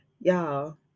Y'all